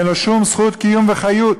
אין לו שום זכות קיום וחיות,